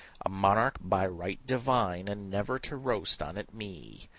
a monarch by right divine, and never to roast on it me!